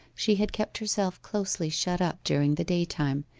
she had kept herself closely shut up during the day-time,